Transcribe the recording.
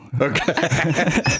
Okay